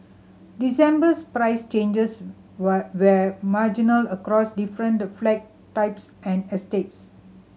December's price changes were were marginal across different the flat types and estates